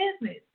business